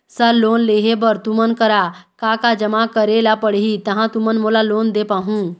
Sir loan लेहे बर तुमन करा का का जमा करें ला पड़ही तहाँ तुमन मोला लोन दे पाहुं?